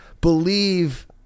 believe